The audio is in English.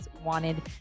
wanted